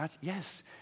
Yes